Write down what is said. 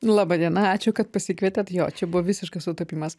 laba diena ačiū kad pasikvietėt jo čia buvo visiškas sutapimas